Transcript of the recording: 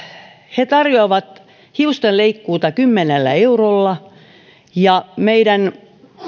he tarjoavat hiustenleikkuuta kymmenellä eurolla meidän